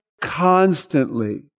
constantly